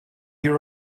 you